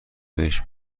بهش